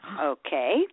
Okay